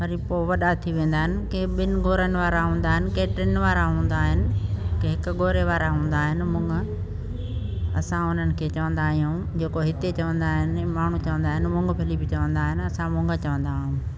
वरी पोइ वॾा थी वेंदा आहिनि कंहिं ॿिनि ॻोढ़नि वारा हूंदा आहिनि कंहिं टिनि वारा हूंदा आहिनि कंहिं हिक ॻोढ़े वारा हूंदा आहिनि मुङ असां उन्हनि खे चवंदा आहियूं जेको हिते चवंदा आहिनि माण्हू चवंदा आहिनि मूंगफली बि चवंदा आहिनि असां मुङ चवंदा आहियूं